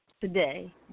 today